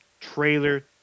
Trailer